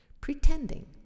pretending